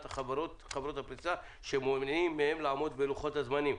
חברות הפריסה שמונעים מהם לעמוד בלוחות הזמנים.